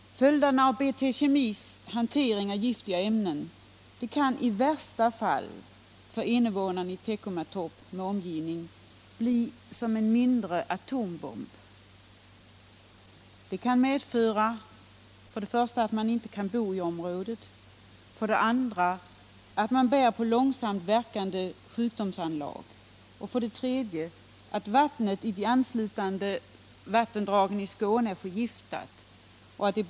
Följderna av BT Kemis hantering av giftiga ämnen kan för invånarna 57 i Teckomatorp med omgivning i värsta fall bli som efter sprängningen av en mindre atombomb. Hanteringen kan medföra: 1. att man inte kan bo i området, 2. att man där får långsamt verkande sjukdomsanlag och 3. att det blir skador på växter och djur genom att vattnet i de anslutande vattendragen i Skåne är förgiftat.